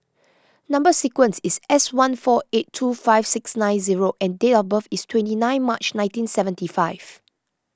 Number Sequence is S one four eight two five six nine zero and date of birth is twenty nine March nineteen seventy five